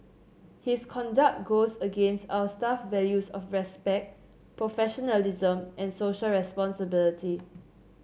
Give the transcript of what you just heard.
his conduct goes against our staff values of respect professionalism and Social Responsibility